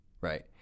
right